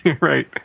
Right